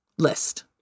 list